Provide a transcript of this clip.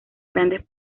grandes